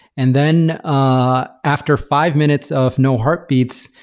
and then ah after five minutes of no heartbeats,